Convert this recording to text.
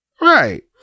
right